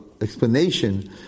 explanation